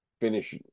finish